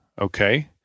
okay